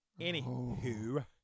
Anywho